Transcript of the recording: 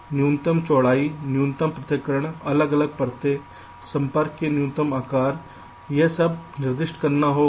न्यूनतम चौड़ाई न्यूनतम पृथक्करण अलग अलग परतें संपर्क के न्यूनतम आकार यह सब निर्दिष्ट करना होगा